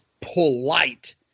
polite